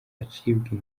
acibwa